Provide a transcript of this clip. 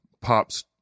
pop's